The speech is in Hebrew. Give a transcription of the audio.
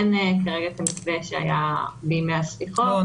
אין כרגע את המתווה שהיה בימי הסליחות --- לא,